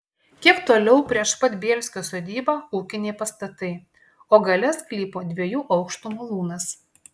kiek toliau prieš pat bielskio sodybą ūkiniai pastatai o gale sklypo dviejų aukštų malūnas